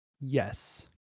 Yes